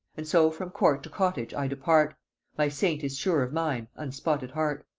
and so from court to cottage i depart my saint is sure of mine unspotted heart.